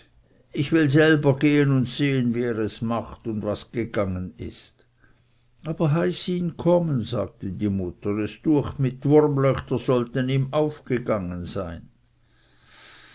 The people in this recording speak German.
ich will selber gehen und sehen wie er es macht und was gegangen ist aber heiß ihn kommen sagte die mutter es düecht mih dwurmlöcher sollten ihm aufgegangen sein